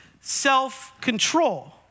self-control